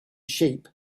sheep